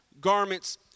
garments